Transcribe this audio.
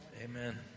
Amen